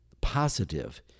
positive